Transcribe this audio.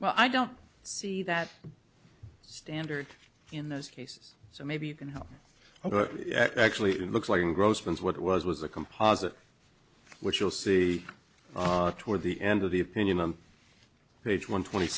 well i don't see that standard in those cases so maybe you can help but actually it looks like in grossman's what it was was a composite which you'll see toward the end of the opinion on page one twenty